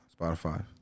Spotify